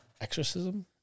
exorcism